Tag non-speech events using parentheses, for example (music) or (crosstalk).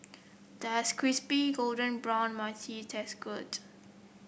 does crispy golden brown (unintelligible) taste good